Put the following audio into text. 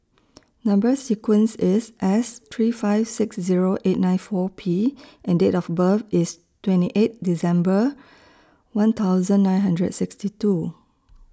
Number sequence IS S three five six Zero eight nine four P and Date of birth IS twenty eight December one thousand nine hundred sixty two